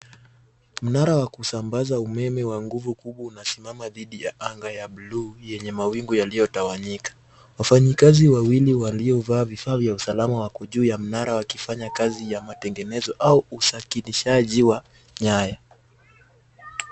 Mnara wa kusambaza umeme wa nguvu kubwa unasimama dhidi ya anga ya blue yenye mawingu yaliotawanyika. Wafanyikazi wawili waliovaa vifaa vya usalama wako juu ya mnara wakifanya kazi ya matengenezo au usakilishaji wa nyaya.